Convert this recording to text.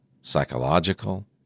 psychological